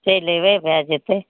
चलि अयबै भऽ जेतै